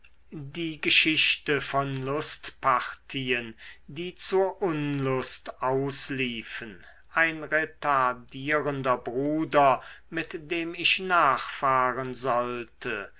die geschichte von lustpartien die zur unlust ausliefen ein retardierender bruder mit dem ich nachfahren sollte